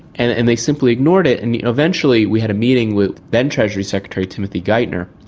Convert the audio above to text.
and and they simply ignored it. and eventually we had a meeting with then treasury secretary timothy geithner,